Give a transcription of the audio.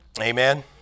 Amen